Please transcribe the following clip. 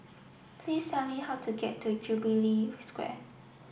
please tell me how to get to Jubilee Square